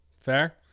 fair